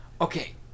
Okay